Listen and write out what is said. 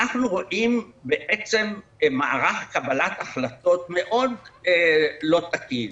אנחנו רואים בעצם מערך קבלת החלטות מאוד לא תקין.